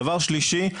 דבר שלישי,